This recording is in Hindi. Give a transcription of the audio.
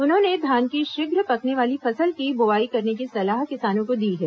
उन्होंने धान की शीघ्र पकने वाली फसल की बोआई करने की सलाह किसानों को दी है